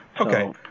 Okay